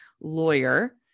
lawyer